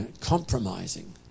compromising